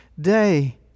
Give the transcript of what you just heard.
day